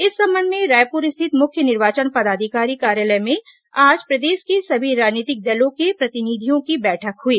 इस संबंध में रायपुर स्थित मुख्य निर्वाचन पदाधिकारी कार्यालय में आज प्रदेश के सभी राजनीतिक दलों के प्रतिनिधियों की बैठक हुई